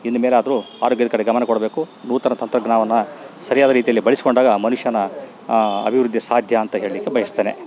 ಇನ್ಮೇಲಾದ್ರು ಆರೋಗ್ಯದ ಕಡೆ ಗಮನಕೊಡ್ಬೇಕು ನೂತನ ತಂತ್ರಜ್ಞಾನವನ್ನ ಸರಿಯಾದ ರೀತಿಯಲ್ಲಿ ಬಳಸಿಕೊಂಡಾಗ ಮನುಷ್ಯನ ಅಭಿವೃದ್ದಿ ಸಾಧ್ಯ ಅಂತ ಹೇಳ್ಲಿಕ್ಕೆ ಬಯಸ್ತೇನೆ